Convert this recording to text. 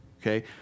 Okay